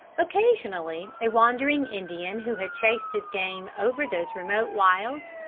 occasionally a wandering indian who had chased his game over those remote wilds,